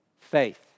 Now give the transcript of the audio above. faith